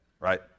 right